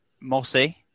Mossy